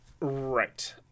Right